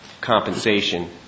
compensation